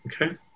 Okay